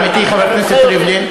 עמיתי חבר הכנסת ריבלין.